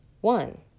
one